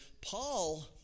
Paul